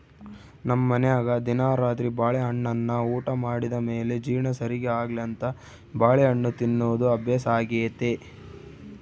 ನಮ್ಮನೆಗ ದಿನಾ ರಾತ್ರಿ ಬಾಳೆಹಣ್ಣನ್ನ ಊಟ ಮಾಡಿದ ಮೇಲೆ ಜೀರ್ಣ ಸರಿಗೆ ಆಗ್ಲೆಂತ ಬಾಳೆಹಣ್ಣು ತಿನ್ನೋದು ಅಭ್ಯಾಸಾಗೆತೆ